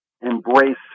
embrace